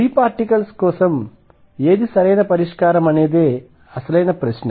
free particles కోసం ఏది సరైన పరిష్కారమనేదే అసలైన ప్రశ్న